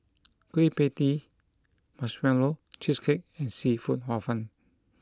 Kueh Pie Tee Marshmallow Cheesecake and Seafood Hor Fun